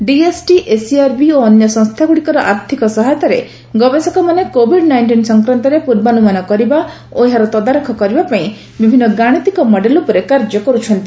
DST SERB ଓ ଅନ୍ୟ ସଂସ୍ଥାଗୁଡ଼ିକର ଆର୍ଥିକ ସହାୟତାରେ ଗବେଷକମାନେ କୋଭିଡ୍ ନାଇଂଟିନ୍ ସଂକ୍ରାନ୍ତରେ ପୂର୍ବାନ୍ଧମାନ କରିବା ଓ ଏହାର ତଦାରଖ କରିବା ପାଇଁ ବିଭିନ୍ନ ଗାଣିତିକ ମଡେଲ ଉପରେ କାର୍ଯ୍ୟ କର୍ତ୍ଥନ୍ତି